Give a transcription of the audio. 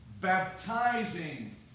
Baptizing